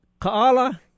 Kaala